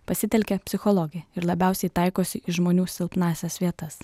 pasitelkia psichologiją ir labiausiai taikosi į žmonių silpnąsias vietas